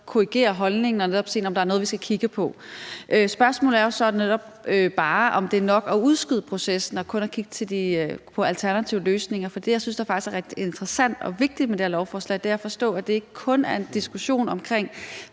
korrigere sin holdning, når man har set, at der er noget, vi skal kigge på. Spørgsmålet er så netop bare, om det er nok at udskyde processen og kun kigge på de alternative løsninger, for det, jeg faktisk synes er rigtig interessant og vigtigt med det her lovforslag, er at forstå, at det ikke kun er en diskussion om